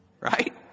Right